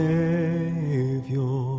Savior